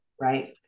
right